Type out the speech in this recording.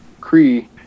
Cree